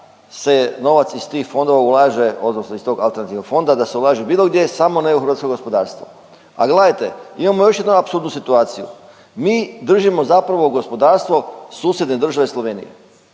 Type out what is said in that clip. se novac iz tih fondova ulaže odnosno iz tog alternativnog fonda da se ulaže bilo gdje samo ne u hrvatsko gospodarstvo. Ali gledajte, imamo još jednu apsurdnu situaciju, mi držimo zapravo gospodarstvo susjedne države Slovenije,